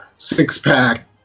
six-pack